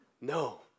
No